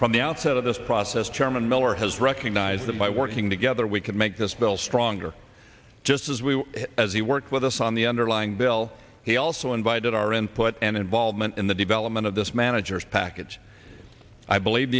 from the outset of this process chairman miller has recognized that by working together we can make this bill stronger just as we as he work with us on the underlying bill he also invited our input and involvement in the development of this manager's package i believe